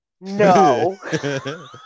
no